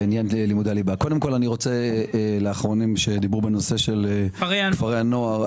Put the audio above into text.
לאחרונים בנושא כפרי הנוער,